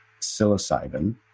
psilocybin